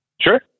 Sure